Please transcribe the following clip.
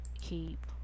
keep